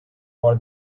for